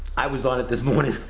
i was on it this morning.